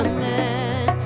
Amen